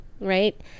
right